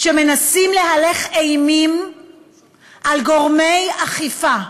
שמנסים להלך אימים על גורמי אכיפה,